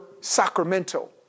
Sacramento